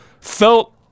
felt